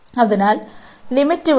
അതിനാൽ ലിമിറ്റ് ഇവിടെ 1 ആണ്